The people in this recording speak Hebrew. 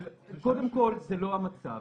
קודם כל, זה לא המצב.